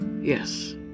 Yes